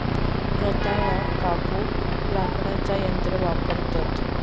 रताळ्याक कापूक लाकडाचा यंत्र वापरतत